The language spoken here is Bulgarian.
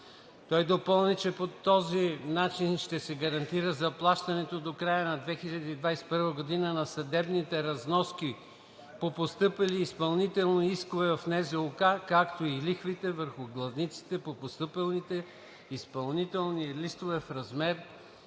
Той допълни, че по този начин ще се гарантира и заплащането до края на 2021 г. на съдебните разноски по постъпили изпълнителни искове в НЗОК, както и лихвите върху главниците по постъпили изпълнителни листове в размер